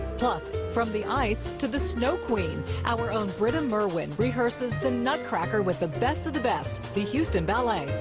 plus, from the ice to the snow queen. our own britta merwin rehearses the nutcracker with the best of the best, the houston ballet.